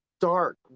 dark